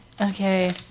okay